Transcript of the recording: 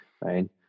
Right